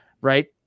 right